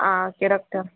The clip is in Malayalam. ആ ഓക്കെ ഡോക്ടർ